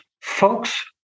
folks